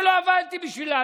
שלא עבדתי בשבילה.